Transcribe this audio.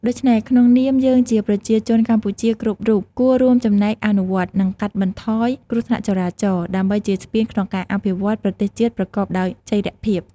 ដូចនេះក្នុងនាមយើងជាប្រជាជនកម្ពុជាគ្រប់រូបគួររួមចំណែកអនុវត្ត និងកាត់បន្ថយគ្រោះថ្នាក់ចរាចរណ៍ ដើម្បីជាស្ពានក្នុងការអភិវឌ្ឍប្រទេសជាតិប្រកបដោយចីរភាព។